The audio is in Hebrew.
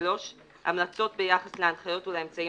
(3)המלצות ביחס להנחיות ולאמצעים